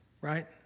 right